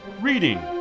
reading